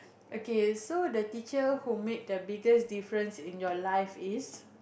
okay so the teacher who made the biggest difference in your life is